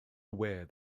aware